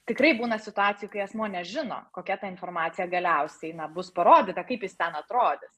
tikrai būna situacijų kai asmuo nežino kokia ta informacija galiausiai bus parodyta kaip jis ten atrodys